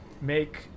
Make